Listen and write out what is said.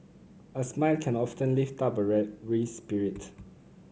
a smile can often lift up a real weary spirit